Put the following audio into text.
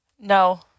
No